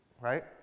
Right